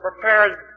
prepared